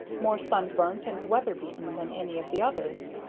more sunburnt and weather-beaten than any of the others.